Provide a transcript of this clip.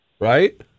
Right